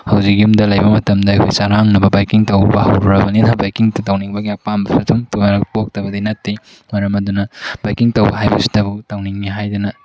ꯍꯧꯖꯤꯛ ꯌꯨꯝꯗ ꯂꯩꯕ ꯃꯇꯝꯗ ꯑꯩꯈꯣꯏ ꯆꯔꯥꯡꯅꯕ ꯕꯥꯏꯛꯀꯤꯡ ꯇꯧꯕ ꯍꯧꯔꯨꯔꯕꯅꯤꯅ ꯕꯥꯏꯛꯀꯤꯡ ꯇꯧꯅꯤꯡꯕꯒꯤ ꯑꯄꯥꯝꯕ ꯑꯗꯨꯝ ꯄꯣꯛꯇꯕꯗꯤ ꯅꯠꯇꯦ ꯃꯔꯝ ꯑꯗꯨꯅ ꯕꯥꯏꯛꯀꯤꯡ ꯇꯧꯕ ꯍꯥꯏꯕꯁꯤꯗꯕꯨ ꯇꯧꯅꯤꯡꯑꯦ ꯍꯥꯏꯗꯅ